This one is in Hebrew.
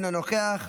אינו נוכח,